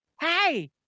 Hey